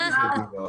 אל תדאגו לו.